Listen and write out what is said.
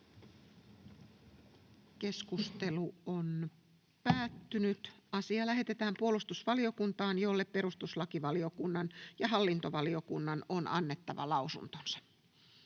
ehdottaa, että asia lähetetään puolustusvaliokuntaan, jolle perustuslakivaliokunnan ja hallintovaliokunnan on annettava lausunto.